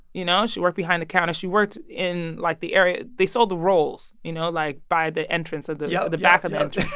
you know? she worked behind the counter. she worked in, like, the area they sold the rolls, you know, like, by the entrance of the yeah the back of the entrance